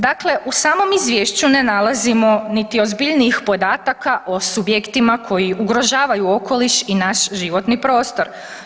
Dakle, u samom izvješću ne nalazimo niti ozbiljnih podataka o subjektima koji ugrožavaju okoliš i naš životni prostor.